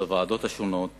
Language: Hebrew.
בוועדות השונות